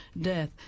death